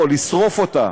או לשרוף אותה